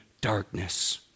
darkness